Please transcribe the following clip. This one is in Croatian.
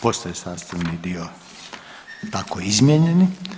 Postaje sastavni dio tako izmijenjen.